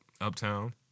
Uptown